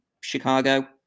Chicago